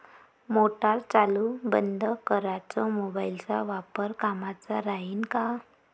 Motor चालू बंद कराच मोबाईलचा वापर कामाचा राहीन का?